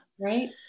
Right